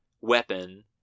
weapon